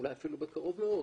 אולי אפילו בקרוב מאוד,